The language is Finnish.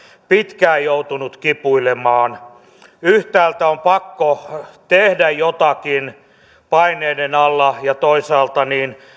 pitkään joutunut kipuilemaan yhtäältä on pakko tehdä jotakin paineiden alla ja toisaalta